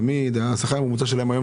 השכר הממוצע שלהם היום,